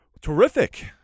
terrific